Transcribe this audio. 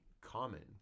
common